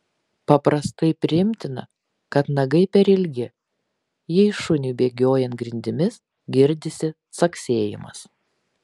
paprastai priimtina kad nagai per ilgi jei šuniui bėgiojant grindimis girdisi caksėjimas